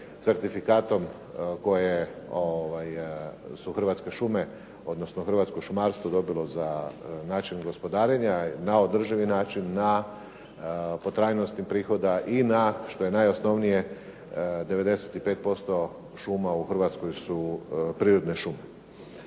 certifikatom koje su Hrvatske šume, odnosno hrvatsko šumarstvo dobilo za način gospodarenja na održivi način, na po trajnosti prihoda i na što je najosnovnije 95% šuma u Hrvatskoj su prirodne šume.